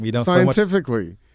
scientifically